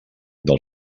del